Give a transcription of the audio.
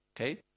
Okay